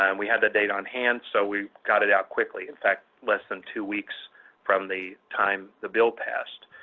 and we had that data on hand, so we got it out quickly. in fact, less than two weeks from the time the bill passed.